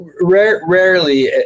rarely